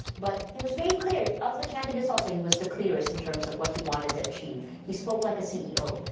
but he was very clear, of the candidates also he was the clearest in terms of what he wanted to achieve. he spoke like a ceo.